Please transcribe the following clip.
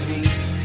east